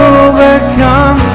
overcome